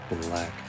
black